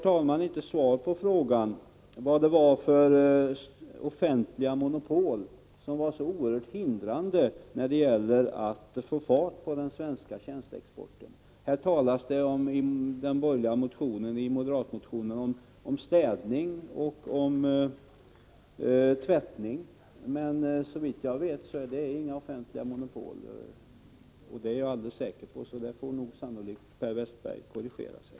Jag fick inte svar på frågan vad det var för offentliga monopol som var så oerhört hindrande när det gäller att få fart på den svenska tjänsteexporten. Det talas i den moderata motionen om städning och tvättning, men såvitt jag vet är det inte några offentliga monopol. Det är jag alldeles säker på, så på den punkten får Per Westerberg sannolikt göra en korrigering.